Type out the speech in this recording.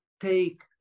take